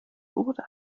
wurde